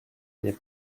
n’est